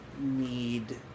need